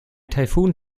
taifun